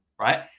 Right